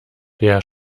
der